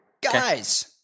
Guys